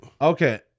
Okay